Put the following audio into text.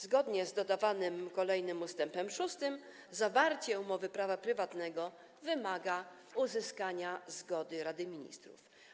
Zgodnie z dodawanym kolejnym ust. 6 zawarcie umowy prawa prywatnego wymaga uzyskania zgody Rady Ministrów.